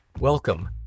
Welcome